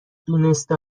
دونسته